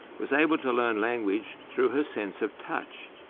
was able to learn language through her sense of touch.